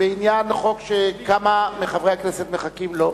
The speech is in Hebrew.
בעניין חוק שכמה מחברי הכנסת מחכים לו.